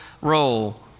role